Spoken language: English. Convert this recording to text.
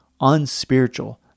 unspiritual